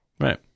Right